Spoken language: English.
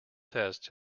tests